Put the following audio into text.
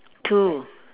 two